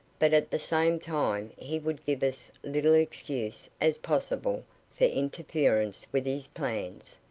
but at the same time he would give as little excuse as possible for interference with his plans.